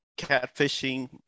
catfishing